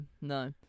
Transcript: no